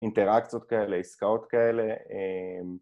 אינטראקציות כאלה, עסקאות כאלה